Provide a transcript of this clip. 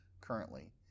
currently